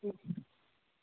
ಹ್ಞೂ